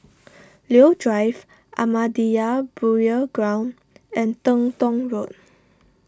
Leo Drive Ahmadiyya Burial Ground and Teng Tong Road